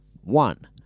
one